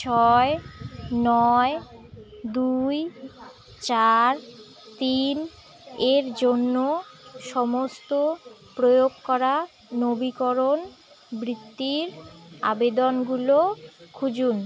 ছয় নয় দুই চার তিন এর জন্য সমস্ত প্রয়োগ করা নবীকরণ বৃত্তির আবেদনগুলো খুঁজুন